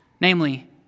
namely